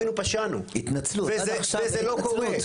וזה לא קורה,